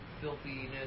filthiness